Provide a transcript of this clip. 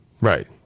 Right